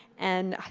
and i